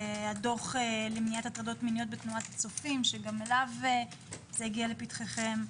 והדוח למניעת הטרדות מיניות בתנועת הצופים שגם זה הגיע לפתחכם.